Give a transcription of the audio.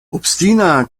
obstina